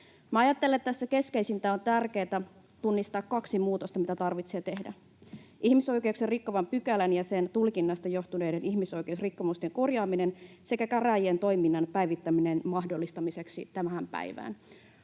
ajattelen, että tässä keskeisintä ja tärkeintä on tunnistaa kaksi muutosta, mitä tarvitsee tehdä: ihmisoikeuksia rikkovan pykälän ja sen tulkinnasta johtuneiden ihmisoikeusrikkomusten korjaaminen sekä käräjien toiminnan tähän päivään päivittämisen mahdollistaminen. Minä haluan